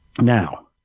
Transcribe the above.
Now